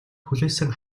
хүлээсэн